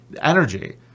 energy